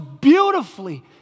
beautifully